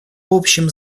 общим